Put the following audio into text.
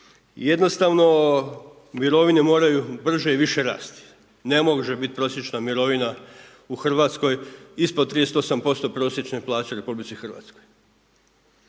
Jednostavno mirovine moraju brže i više rasti. Ne može biti prosječna mirovina u Hrvatskoj ispod 38% prosječne plaće u RH. A trenutno